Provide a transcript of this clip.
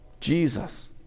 Jesus